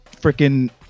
freaking